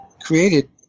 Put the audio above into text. created